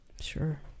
sure